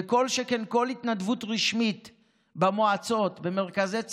וכל שכן כל התנדבות רשמית במועצות, במרכזי צעירים,